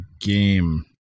game